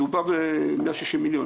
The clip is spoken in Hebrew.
מדובר ב-160 מיליון